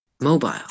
mobile